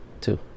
two